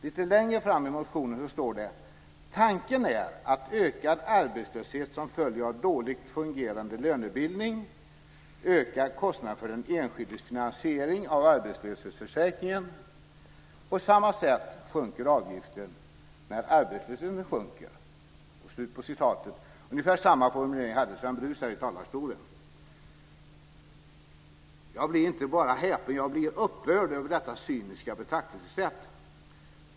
Lite längre fram i motionen står det: "Tanken är att ökad arbetslöshet som följer av dåligt fungerande lönebildning ökar kostnaden för den enskildes finansiering av arbetslöshetsförsäkringen. På samma sätt sjunker avgiften när arbetslösheten sjunker." Ungefär samma formulering hade Sven Brus i talarstolen. Jag blir inte bara häpen. Jag blir upprörd över detta cyniska betraktelsesätt.